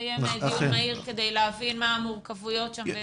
לקיים דיון מהיר כדי להבין מה המורכבויות שם.